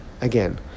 again